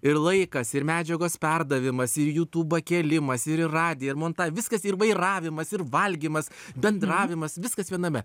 ir laikas ir medžiagos perdavimas ir į jutūbą kėlimas ir į radiją ir montavimas viskas ir vairavimas ir valgymas bendravimas viskas viename